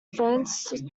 france